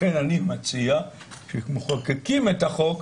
לכן אני מציע שכשמחוקקים את החוק,